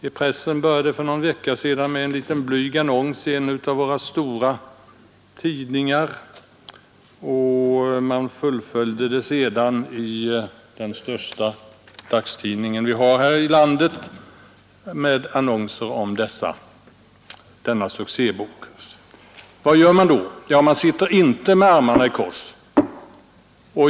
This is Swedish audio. I pressen började det för någon vecka sedan med en liten blyg annons i en av våra stora tidningar, och det fullföljdes sedan i den största dagstidningen vi har i landet med annonser om denna ”succébok”. Vad gör man då? Ja, man sitter inte med armarna i kors.